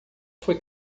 foi